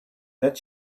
that